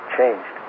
changed